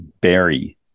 Berry